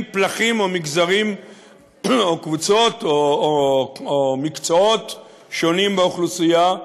פלחים או מגזרים או קבוצות או מקצועות שונים באוכלוסייה.